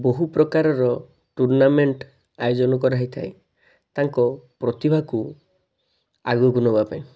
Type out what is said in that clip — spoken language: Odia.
ବହୁ ପ୍ରକାରର ଟୁର୍ଣ୍ଣାମେଣ୍ଟ ଆୟୋଜନ କରାହେଇଥାଏ ତାଙ୍କ ପ୍ରତିଭାକୁ ଆଗକୁ ନବା ପାଇଁ